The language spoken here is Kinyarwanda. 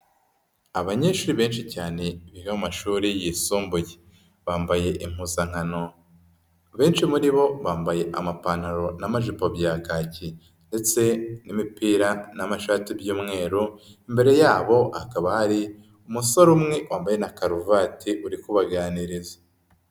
Abanyeshuri benshi cyane biga mu mashuri yisumbuye. Bambaye impuzankano. Benshi muri bo bambaye amapantaro n'amajipo bya kaki ndetse n'imipira n'amashati by'umweru, imbere yabo hakaba hari umusore umwe wambaye na karuvati uri kubaganiriza.